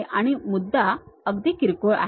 आणि हा मुद्दा अगदी किरकोळ आहे